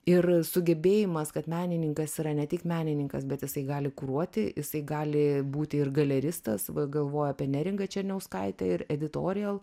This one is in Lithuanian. ir sugebėjimas kad menininkas yra ne tik menininkas bet jisai gali kuruoti jisai gali būti ir galeristas va galvoju apie neringą černiauskaitę ir editą oreal